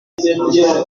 quel